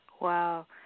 Wow